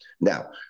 Now